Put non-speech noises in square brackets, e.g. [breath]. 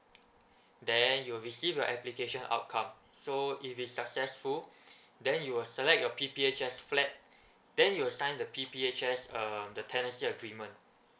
then you'll receive the application outcome so if it's successful [breath] then you will select your P_P_H_S flat then you'll sign the P_P_H_S um the tenancy agreement